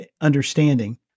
understanding